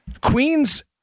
Queens